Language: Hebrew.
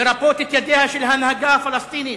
לרפות את ידיה של ההנהגה הפלסטינית,